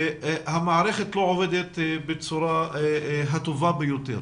המערכת לא עובדת בצורה הטובה ביותר